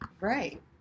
right